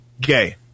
gay